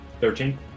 Thirteen